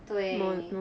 对